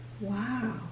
wow